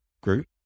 group